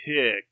pick